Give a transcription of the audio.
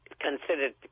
considered